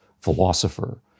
philosopher